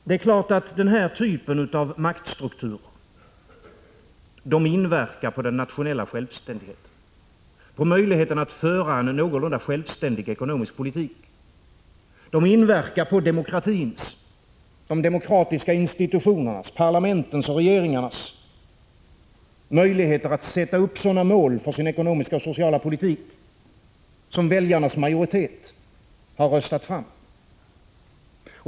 Det är klart att den här typen av maktstruktur inverkar på den nationella självständigheten och på möjligheterna att föra en någorlunda självständig ekonomisk politik. De inverkar på demokratins, de demokratiska institutionernas, parlamentens och regeringarnas möjligheter att sätta upp sådana mål för sin ekonomiska och sociala politik som väljarnas majoritet har röstat fram.